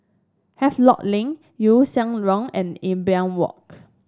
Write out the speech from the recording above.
Havelock Link Yew Siang Road and Imbiah Walk